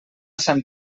sant